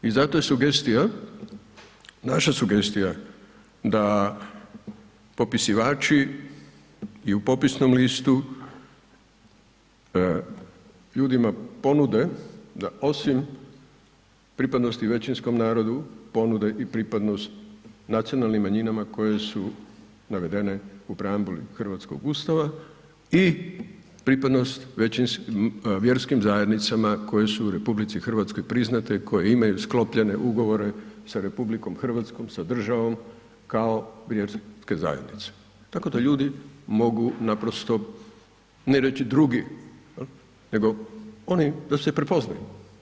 I zato je sugestija, naša sugestija da popisivači i u popisnom listu ljudima ponude da osim pripadnosti većinskom narodu ponude i pripadnost nacionalnim manjinama koje su navedene u preambuli hrvatskog Ustava i pripadnost vjerskim zajednicama koje su u RH priznate i koje imaju sklopljene ugovore sa RH sa državom kao vjerske zajednice, tako da ljudi mogu naprosto ne reći drugi nego oni da se prepoznaju.